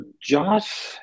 Josh